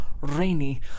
rainy